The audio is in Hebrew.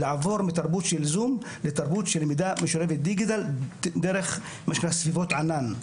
לעבור מתרבות של זום לתרבות של למידה משולבת דיגיטל דרך סביבות ענן.